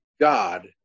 God